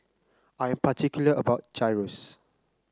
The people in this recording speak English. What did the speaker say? I am particular about Gyros